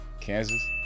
Kansas